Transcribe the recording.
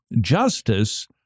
justice